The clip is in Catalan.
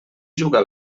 juga